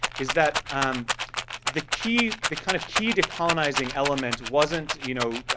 is that um the key, the kind of key to colonizing element wasn't, you know,